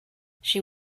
she